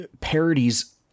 parodies